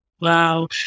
Wow